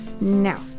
Now